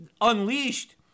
unleashed